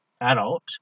adult